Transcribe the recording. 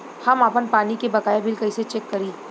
हम आपन पानी के बकाया बिल कईसे चेक करी?